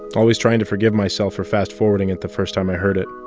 always trying to forgive myself for fast-forwarding it the first time i heard it